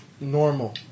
normal